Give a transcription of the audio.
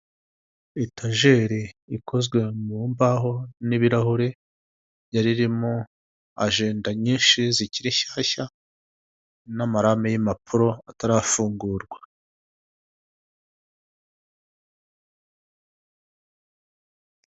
Icyapa kiriho amafoto atatu magufi y'abagabo babiri uwitwa KABUGA n 'uwitwa BIZIMANA bashakishwa kubera icyaha cya jenoside yakorewe abatutsi mu Rwanda.